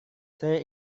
saya